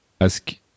ask